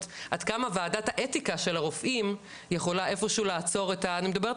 וועדת האתיקה של הרופאים יכולה איפשהו לעצור - אני מדברת